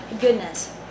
goodness